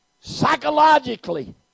Psychologically